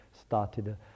started